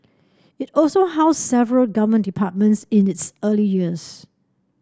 it also housed several Government departments in its early years